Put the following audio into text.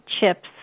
chips